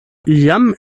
jam